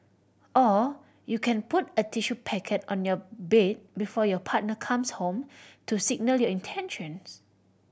or you can put a tissue packet on your bed before your partner comes home to signal your intentions